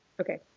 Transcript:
Okay